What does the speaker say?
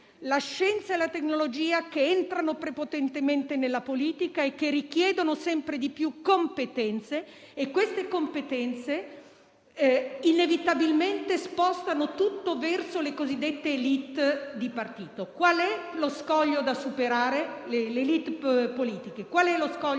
la scienza e la tecnologia, che entrano prepotentemente nella politica e che richiedono sempre più competenze. Queste competenze inevitabilmente spostano tutto verso le cosiddette *élite* politiche. Qual è lo scoglio da superare? È quello di evitare il